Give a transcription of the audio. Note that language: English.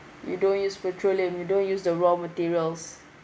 you don't use petroleum you don't use the raw materials